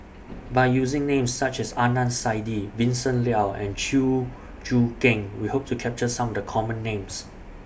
By using Names such as Adnan Saidi Vincent Leow and Chew Choo Keng We Hope to capture Some of The Common Names